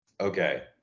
okay